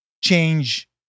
change